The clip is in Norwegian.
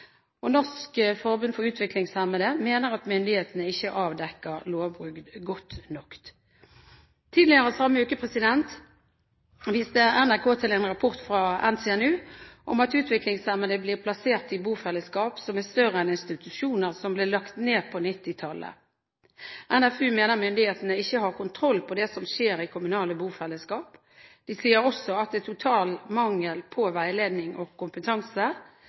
Norsk Forbund for Utviklingshemmede, NFU, mener at myndighetene ikke avdekker lovbrudd godt nok. Tidligere samme uke viste NRK til en rapport fra NTNU om at utviklingshemmede blir plassert i bofellesskap som er større enn institusjoner som ble lagt ned på 1990-tallet. NFU mener myndighetene ikke har kontroll på det som skjer i kommunale bofellesskap. De sier også at det er total mangel på veiledning og kompetanse.